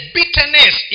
bitterness